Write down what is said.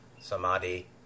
samadhi